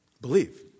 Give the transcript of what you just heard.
Believe